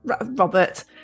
Robert